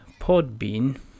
Podbean